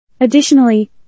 Additionally